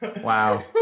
Wow